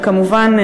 כמובן,